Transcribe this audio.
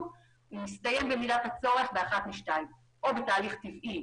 ומסתיים במידת הצורך באחת משתיים: או בתהליך טבעי